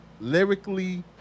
lyrically